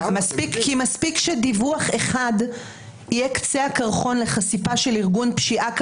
כי מספיק שדיווח אחד יהיה קצה הקרחון לחשיפה של ארגון פשיעה כלכלי.